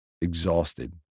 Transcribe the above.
exhausted